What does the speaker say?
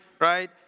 right